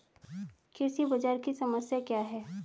कृषि बाजार की समस्या क्या है?